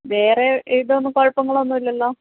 വേറെ ഇതൊന്നും കുഴപ്പങ്ങൾ ഒന്നുമില്ലല്ലോ